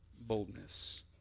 boldness